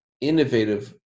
innovative